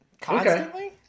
Constantly